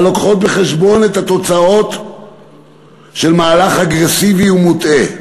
המביאות בחשבון את התוצאות של מהלך אגרסיבי ומוטעה,